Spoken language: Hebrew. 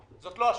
זאת לא השאלה.